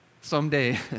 someday